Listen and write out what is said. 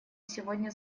сегодня